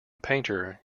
painter